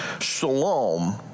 shalom